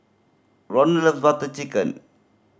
love Butter Chicken